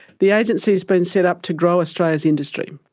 the agency has been set up to grow australia's industry.